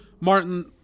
Martin